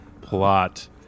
plot